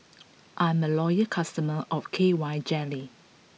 I'm a loyal customer of K Y Jelly